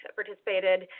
participated